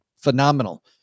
phenomenal